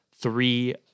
three